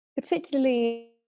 particularly